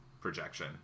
projection